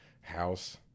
house